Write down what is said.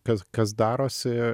kas kas darosi